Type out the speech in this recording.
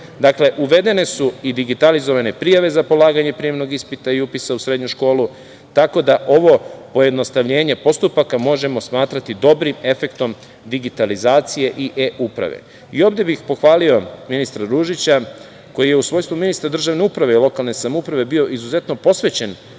uvedene su i digitalizovane prijave za polaganje prijemnog ispita i upisa u srednju školu, tako da ovo pojednostavljenje postupaka možemo smatrati dobrim efektom digitalizacije i E-uprave. Ovde bih pohvalio ministra Ružića, koji je u svojstvu ministra državne uprave i lokalne samouprave bio izuzetno posvećen